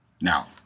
Now